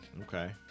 Okay